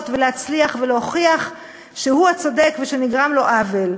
ולהצליח ולהוכיח שהוא הצודק ושנגרם לו עוול.